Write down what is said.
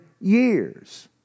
years